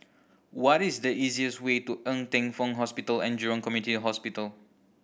what is the easiest way to Ng Teng Fong Hospital And Jurong Community Hospital